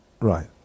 Right